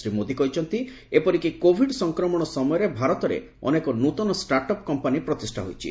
ଶ୍ରୀ ମୋଦି କହିଛନ୍ତି ଏପରିକି କୋବିଡ୍ ସଂକ୍ରମଣ ସମୟରେ ଭାରତରେ ଅନେକ ନ୍ତଆ ଷ୍ଟାର୍ଟ ଅପ୍ କମ୍ପାନୀ ପ୍ରତିଷ୍ଠା ହୋଇଛି